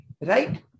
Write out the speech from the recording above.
right